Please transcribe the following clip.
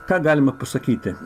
ką galima pasakyti